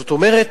זאת אומרת,